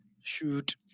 shoot